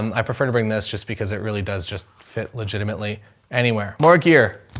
um i prefer to bring this just because it really does just fit legitimately anywhere. more gear,